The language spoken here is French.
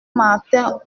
martin